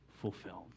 fulfilled